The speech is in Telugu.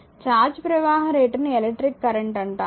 ఛార్జ్ ప్రవహ రేటుని ఎలక్ట్రిక్ కరెంట్ అంటాము